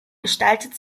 gestaltet